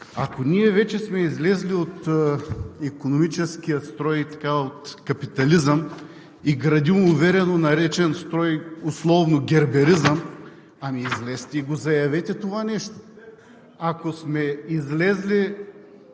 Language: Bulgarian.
ако ние вече сме излезли от икономическия строй, от капитализма и градим уверено строй, наречен условно герберизъм, ами излезте и го заявете това нещо. Ако сме излезли